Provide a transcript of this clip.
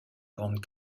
grande